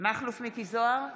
מכלוף מיקי זוהר,